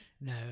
no